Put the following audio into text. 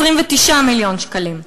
29 מיליון שקלים,